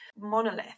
monolith